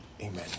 amen